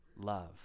Love